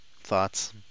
Thoughts